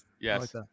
Yes